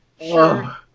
sure